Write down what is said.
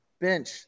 bench